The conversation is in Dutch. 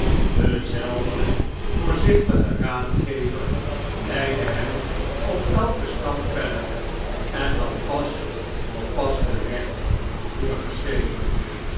dezelfde voorzichtige raadgever leidde hem op elken stap verder en had pas voor pas den weg voorgeschreven